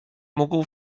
mógł